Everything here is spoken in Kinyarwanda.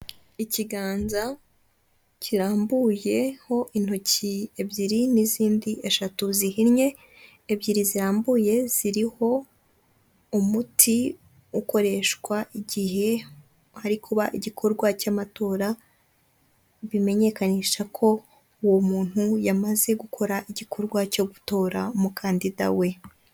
Ikiganza kirambuyeho intoki ebyiri n'izindi eshatu zihinnye ebyiri zimbuye ziriho umuti ukoreshwa igihe hari kuba igikorwa cy'amatora, bimenyekanisha ko uwo muntu yamaze gukora igikorwa cyo gutora umukandida we.